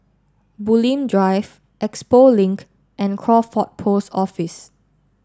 Bulim Drive Expo Link and Crawford Post Office